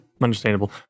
understandable